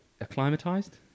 acclimatized